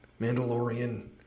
Mandalorian